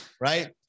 Right